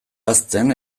hazten